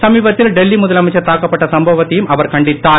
சமீபத்தில் டெல்லி முதலமைச்சர் தாக்கப்பட்ட சம்பவத்தையும் அவர் கண்டித்தார்